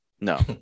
No